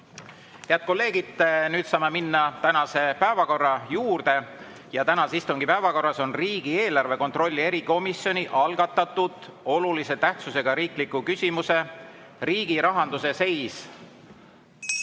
Head kolleegid, nüüd saame minna tänase päevakorra juurde. Ja tänase istungi päevakorras on riigieelarve kontrolli erikomisjoni algatatud olulise tähtsusega riikliku küsimuse "Riigi rahanduse seis"